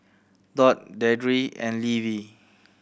Dot Deidre and Levi